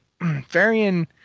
Varian